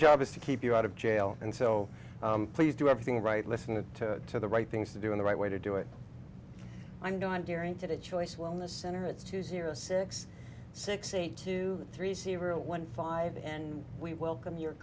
job is to keep you out of jail and so please do everything right listen to the right things to do in the right way to do it i'm doing tear into the choice wellness center it's two zero six six eight two three zero one five and we welcome your